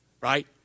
right